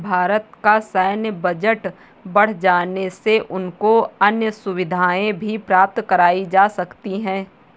भारत का सैन्य बजट बढ़ जाने से उनको अन्य सुविधाएं भी प्राप्त कराई जा सकती हैं